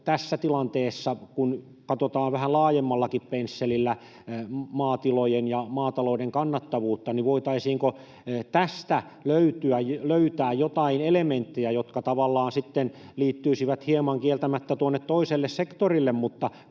tässä tilanteessa, kun katsotaan vähän laajemmallakin pensselillä maatilojen ja maatalouden kannattavuutta: voitaisiinko tästä löytää jotain elementtejä, jotka tavallaan liittyisivät kieltämättä hieman toiselle sektorille mutta